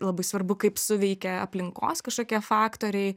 labai svarbu kaip suveikia aplinkos kažkokie faktoriai